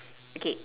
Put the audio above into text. okay